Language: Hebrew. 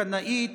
קנאית.